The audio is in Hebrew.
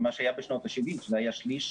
ממה שהיה בשנות ה-70 שזה היה שליש,